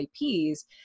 IPs